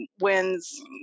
wins